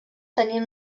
tenien